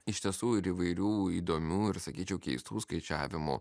iš tiesų ir įvairių įdomių ir sakyčiau keistų skaičiavimų